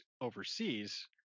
overseas